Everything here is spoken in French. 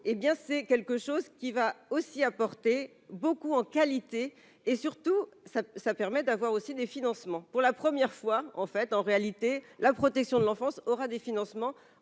hé bien c'est quelque chose qui va aussi apporter beaucoup en qualité et surtout ça ça permet d'avoir aussi des financements pour la première fois en fait, en réalité, la protection de l'enfance aura des financements en